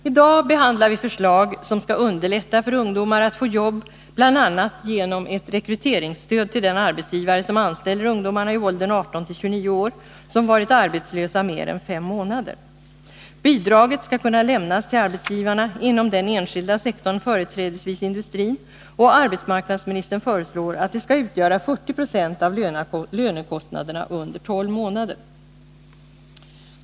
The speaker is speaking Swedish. I dag behandlar vi förslag som skall underlätta för ungdomar att få jobb. Bl. a. föreslås ett rekryteringsstöd till den arbetsgivare som anställer ungdomar i åldern 18-29 år som varit arbetslösa mer än fem månader. Bidraget skall kunna lämnas till arbetsgivarna inom den enskilda sektorn, företrädesvis industrin. Och arbetsmarknadsministern föreslår att det skall utgöra 40 20 av lönekostnaderna under tolv månader.